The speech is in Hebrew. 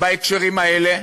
בהקשרים הלאה,